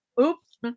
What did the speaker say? Oops